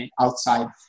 outside